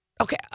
Okay